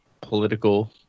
political